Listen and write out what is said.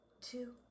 two